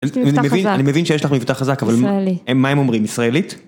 אני מבין שיש לך מבטח חזק, אבל מה הם אומרים? ישראלית?